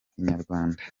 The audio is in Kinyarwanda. inyarwanda